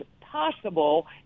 possible